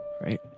right